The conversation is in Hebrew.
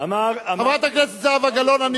חברת הכנסת זהבה גלאון,